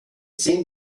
seemed